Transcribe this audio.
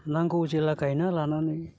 नांगौ जेब्ला गायना लानानै